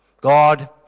god